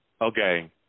Okay